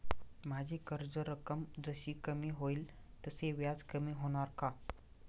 माझी कर्ज रक्कम जशी कमी होईल तसे व्याज कमी होणार का?